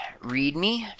readme